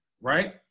right